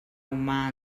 humà